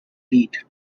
beat